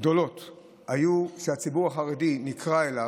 גדולות שהציבור החרדי נקרא אליהן,